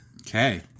Okay